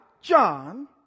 John